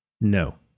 No